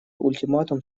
ультиматум